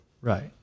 right